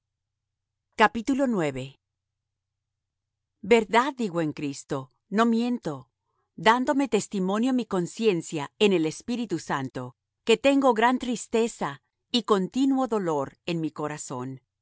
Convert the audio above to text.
señor nuestro verdad digo en cristo no miento dándome testimonio mi conciencia en el espíritu santo que tengo gran tristeza y continuo dolor en mi corazón